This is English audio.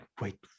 wait